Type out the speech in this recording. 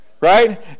right